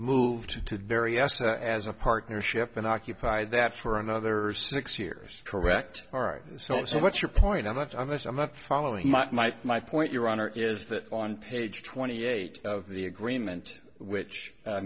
moved to various as a partnership and occupy that for another six years correct all right and so so what's your point i'm not i'm just i'm not following my my my point your honor is that on page twenty eight of the agreement which